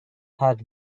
had